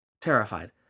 Terrified